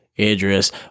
Idris